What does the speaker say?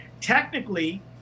technically